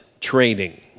training